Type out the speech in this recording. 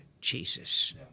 Jesus